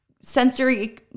sensory